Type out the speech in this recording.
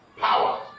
power